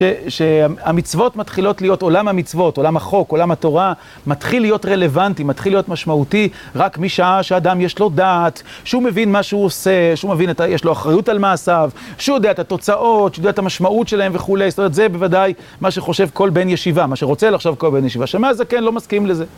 שהמצוות מתחילות להיות, עולם המצוות, עולם החוק, עולם התורה, מתחיל להיות רלוונטי, מתחיל להיות משמעותי רק משעה שאדם יש לו דעת, שהוא מבין מה שהוא עושה, שהוא מבין, יש לו אחריות על מעשיו, שהוא יודע את התוצאות, שהוא יודע את המשמעות שלהם וכולי, זאת אומרת, זה בוודאי מה שחושב כל בן ישיבה, מה שרוצה לחשוב כל בן ישיבה, שמאי הזקן לא מסכים לזה.